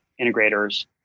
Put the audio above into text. integrators